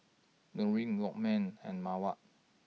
Nurin Lokman and Mawar